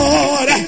Lord